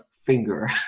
finger